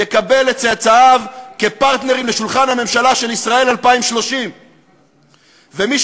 יקבל את צאצאיו כפרטנרים לשולחן הממשלה של ישראל 2030. ומי